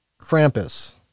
Krampus